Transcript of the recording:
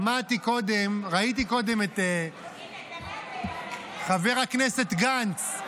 שמעתי קודם, ראיתי קודם את חבר הכנסת גנץ,